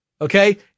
okay